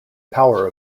power